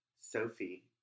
Sophie